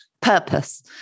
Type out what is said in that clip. purpose